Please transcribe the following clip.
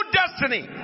destiny